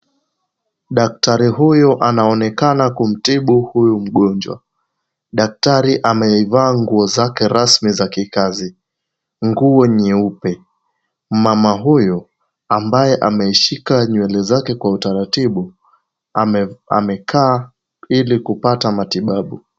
Daktari huyu anaonekana kumtibu huyu mgonjwa. Daktari amevaa nguo zake rasmi za kikazi, nguo nyeupe. Mama huyu ambaye ameshika nywele zake kwa utaratibu amekaa ili kupata matibabu.